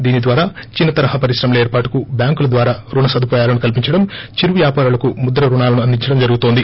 దీని ద్వారొచిన్న తరహా పరిశ్రమల ఏర్పాటుకు బ్యాంకుల ద్వారా రుణ సదుపాయాలను కల్పించడం చిరు వ్యాపారులకు ముద్ర రుణాలను అందించడం జరుగుతోంది